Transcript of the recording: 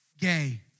gay